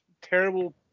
terrible